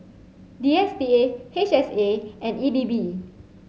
D S T A H S A and E D B